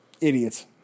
idiots